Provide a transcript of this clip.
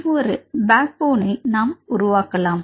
இவ்வாறு பேக் போனை நாம் உருவாக்கலாம்